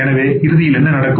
எனவே இறுதியில் என்ன நடக்கும்